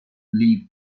leave